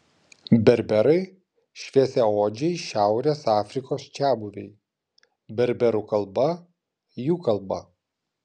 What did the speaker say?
berberai šviesiaodžiai šiaurės afrikos čiabuviai berberų kalba jų kalba